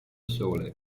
sole